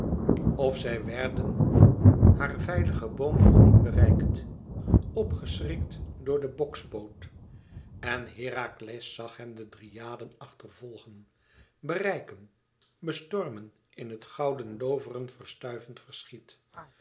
of zij werden haar veilig en boom nog niet bereikt opgeschrikt door den bokspoot en herakles zag hem de dryaden achter volgen bereiken bestormen in het gouden looveren verstuivend verschiet